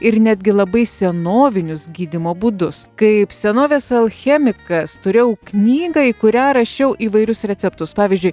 ir netgi labai senovinius gydymo būdus kaip senovės alchemikas turėjau knygą į kurią rašiau įvairius receptus pavyzdžiui